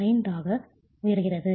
5 ஆக உயர்கிறது